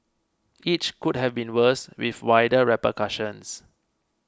each could have been worse with wider repercussions